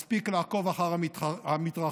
מספיק לעקוב אחר המתרחש.